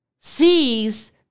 sees